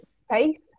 Space